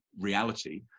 reality